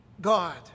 God